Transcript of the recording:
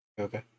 Okay